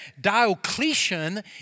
Diocletian